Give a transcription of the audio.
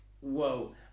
Whoa